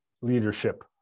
leadership